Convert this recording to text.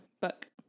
book